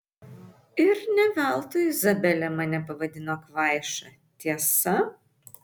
ir ne veltui izabelė mane pavadino kvaiša tiesa